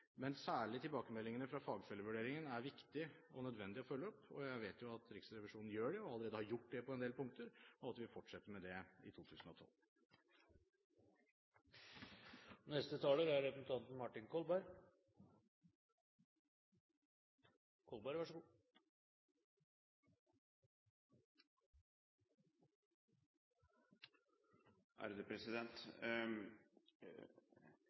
Men særlig er tilbakemeldingene fra fagfellevurderingen viktige og nødvendige å følge opp. Jeg vet at Riksrevisjonen gjør det og allerede har gjort det på en del punkter, og at de vil fortsette med det i 2012.